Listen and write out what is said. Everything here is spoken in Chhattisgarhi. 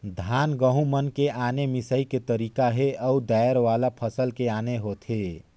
धान, गहूँ मन के आने मिंसई के तरीका हे अउ दायर वाला फसल के आने होथे